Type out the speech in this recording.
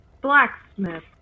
Blacksmith